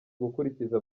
gukurikiza